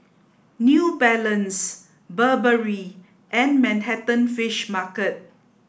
New Balance Burberry and Manhattan Fish Market